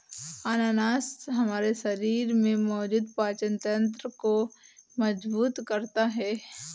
अनानास हमारे शरीर में मौजूद पाचन तंत्र को मजबूत करता है